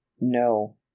no